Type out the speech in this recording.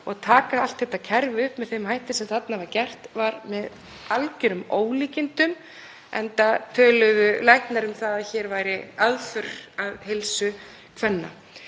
að taka allt þetta kerfi upp með þeim hætti sem þarna var gert var með algerum ólíkindum enda töluðu læknar um að hér væri aðför að heilsu kvenna.